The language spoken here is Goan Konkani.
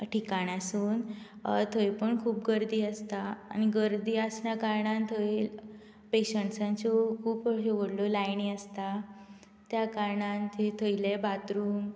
ठिकाण्यासून थंय पण खूब गर्दी आसता आनी गर्दी आसल्या कारणान थंय पॅशन्टांच्यो खूब व्हडल्यो लायनी आसता त्या कारणान थंयसरले बाथरूम